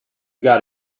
got